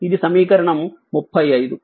ఇది సమీకరణం 35